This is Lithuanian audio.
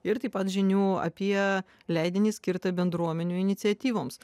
ir taip pat žinių apie leidinį skirtą bendruomenių iniciatyvoms